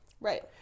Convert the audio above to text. right